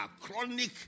chronic